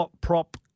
prop